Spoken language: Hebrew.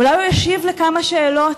אולי הוא ישיב לכמה שאלות